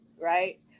right